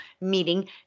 meeting